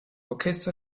orchester